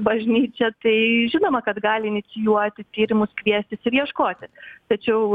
bažnyčia tai žinoma kad gali inicijuoti tyrimus kviestis ir ieškoti tačiau